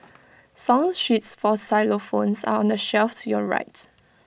song sheets for xylophones are on the shelves your right